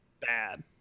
bad